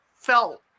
felt